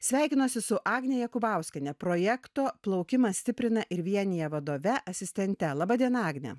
sveikinuosi su agne jakubauskiene projekto plaukimas stiprina ir vienija vadove asistente laba diena agne